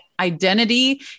identity